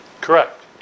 Correct